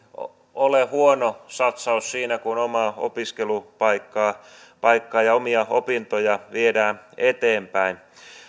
ole huono satsaus siinä kun omaa opiskelupaikkaa ja omia opintoja viedään eteenpäin